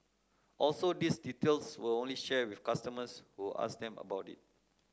also these details were only shared with customers who asked them about it